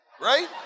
right